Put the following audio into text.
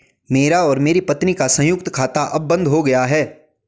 मेरा और मेरी पत्नी का संयुक्त खाता अब बंद हो गया है